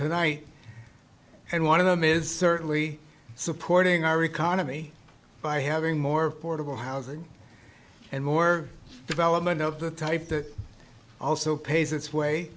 tonight and one of them is certainly supporting our economy by having more portable housing and more development of the type that also pays its way